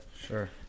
sure